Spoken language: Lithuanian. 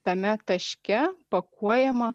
tame taške pakuojama